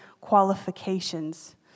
qualifications